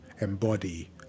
embody